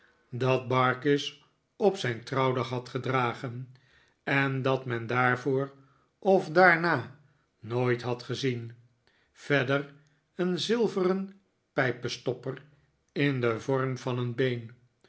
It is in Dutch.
dat barkis op zijn trouwdag had gedragen en dat men daarvoor of daarna nooit had gezien verder een zilveren pijpestopper in den vorm van een been